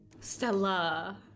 Stella